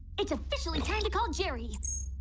it's officially trying to call jerry